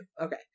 Okay